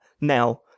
Now